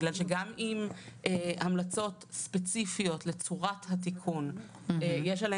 גם אם על המלצות ספציפיות לצורת התיקון יש מחלוקת.